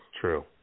True